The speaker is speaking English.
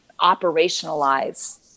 operationalize